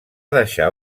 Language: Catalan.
deixar